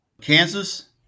Kansas